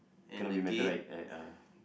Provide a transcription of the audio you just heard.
cannot be metal right ya ah